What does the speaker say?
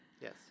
Yes